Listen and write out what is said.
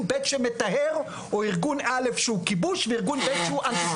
ב' שמטהר או ארגון א' שהוא כיבוש וארגון ב' שהוא ---.